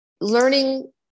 Learning